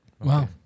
Wow